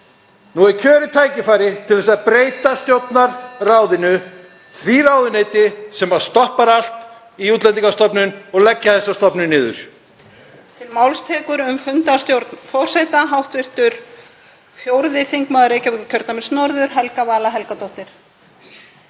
Nú er kjörið tækifæri til að breyta Stjórnarráðinu, því ráðuneyti sem stoppar allt í Útlendingastofnun, og leggja þessa stofnun niður.